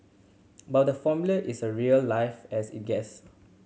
but the Formula is a real life as it gets